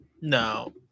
no